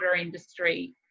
industry